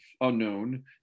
unknown